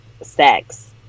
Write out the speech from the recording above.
sex